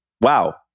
Wow